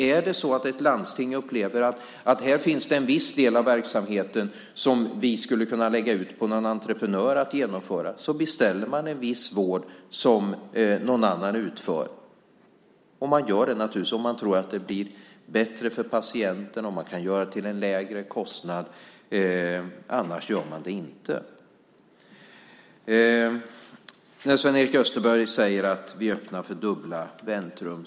Är det så att ett landsting upplever att det finns delar i verksamheten som skulle kunna läggas ut på någon entreprenör att genomföra, så beställer man en viss vård som någon annan utför. Man gör det naturligtvis om man tror att det blir bättre för patienten och om man kan göra det till en lägre kostnad. Annars gör man det inte. Sven-Erik Österberg säger att vi öppnar för dubbla väntrum.